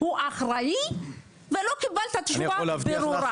מי אחראי על האירוע מתחילתו ועד סופו.